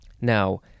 now